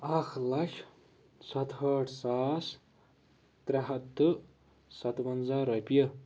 اَکھ لَچھ سَتہٲٹھ ساس ترٛےٚ ہَتھ تہٕ سَتوَنزاہ رۄپیہِ